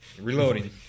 reloading